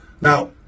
Now